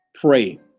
Pray